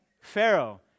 Pharaoh